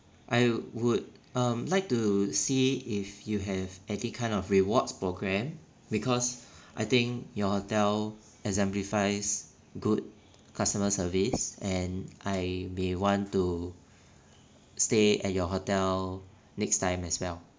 I would um like to see if you have any kind of rewards programme because I think your hotel exemplifies good customer service and I may want to stay at your hotel next time as well